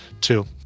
Two